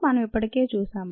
మనం ఇప్పటికే చూశాం